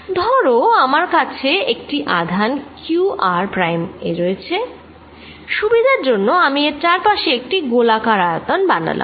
ধরো আমার কাছে একটি আধান q r প্রাইম এ রয়েছে সুবিধার জন্য আমি এর চারপাশে একটি গোলাকার আয়তন বানালাম